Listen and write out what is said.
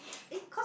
think cause